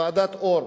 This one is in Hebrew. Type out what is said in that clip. ועדת-אור.